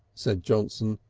said johnson,